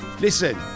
Listen